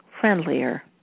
friendlier